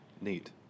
Neat